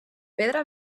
pedra